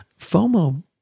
FOMO